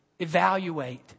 Evaluate